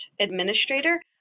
administrator